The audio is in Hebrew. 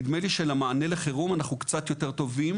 נדמה שלמענה לחירום אנחנו קצת יותר טובים